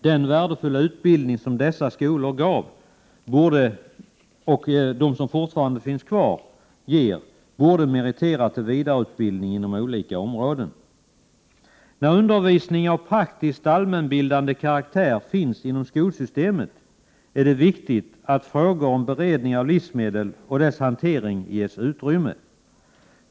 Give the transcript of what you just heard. Den värdefulla utbildning som dessa skolor ger borde meritera till vidareutbildning inom olika områden. När undervisning av praktiskt allmänbildande karaktär finns inom skolsystemet är det viktigt att frågor om beredning av livsmedel och deras hantering ges utrymme.